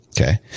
okay